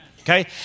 Okay